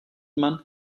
man